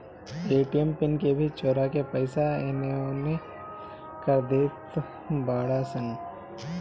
ATM PIN के भी चोरा के पईसा एनेओने कर देत बाड़ऽ सन